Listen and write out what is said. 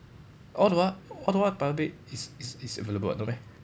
all the while all the while pirate bay is is is available [what] no meh